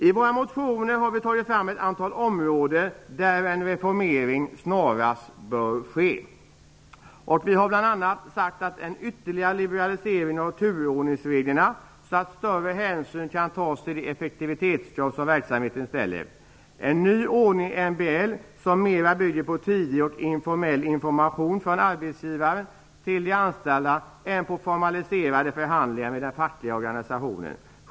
I våra motioner har vi pekat på ett antal områden där en reformering bör ske snarast. Vi har bl.a. sagt att en ytterligare liberalisering av turordningsreglerna bör göras så att större hänsyn kan tas till de effektivitetskrav som verksamheten ställer. Det behövs en ny ordning i MBL som mera bygger på tidig och informell information från arbetsgivare till de anställda än på formaliserade förhandlingar med den fackliga organisationen.